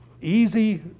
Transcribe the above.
Easy